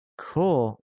Cool